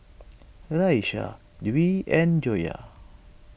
Raisya Dwi and Joyah